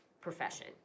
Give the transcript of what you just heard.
profession